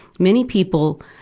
many people